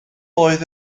oedd